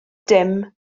dim